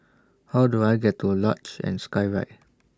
How Do I get to Luge and Skyride